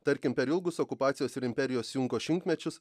tarkim per ilgus okupacijos ir imperijos jungo šimtmečius